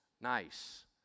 Nice